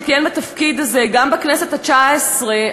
שכיהן בתפקיד הזה גם בכנסת התשע-עשרה,